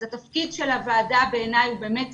אז התפקיד של הוועדה בעיניי הוא באמת